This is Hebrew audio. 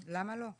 למה לא?